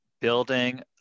building